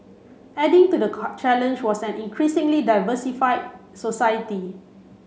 adding to the challenge was an increasingly diversified society